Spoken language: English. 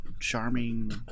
charming